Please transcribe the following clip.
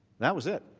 that was it.